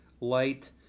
light